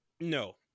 no